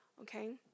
Okay